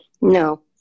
No